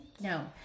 No